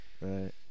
Right